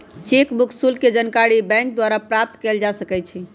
cheque book शुल्क के जानकारी बैंक द्वारा प्राप्त कयल जा सकइ छइ